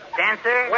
dancer